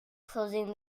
closing